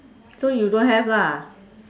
so you don't have lah